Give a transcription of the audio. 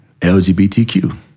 LGBTQ